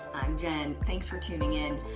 i'm jen, thanks for tuning in.